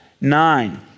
nine